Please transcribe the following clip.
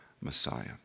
Messiah